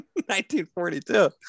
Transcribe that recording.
1942